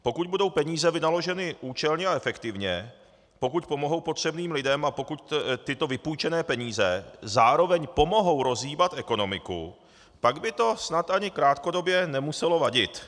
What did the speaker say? Pokud budou peníze vynaloženy účelně a efektivně, pokud pomohou potřebným lidem a pokud tyto vypůjčené peníze zároveň pomohou rozhýbat ekonomiku, pak by to snad ani krátkodobě nemuselo vadit.